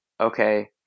Okay